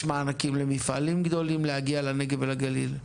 למפעלים גדולים להגיע לנגב ולגליל.